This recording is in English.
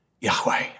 Yahweh